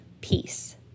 peace